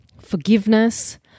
forgiveness